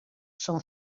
són